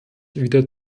wieder